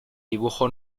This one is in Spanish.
dibujo